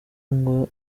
ngo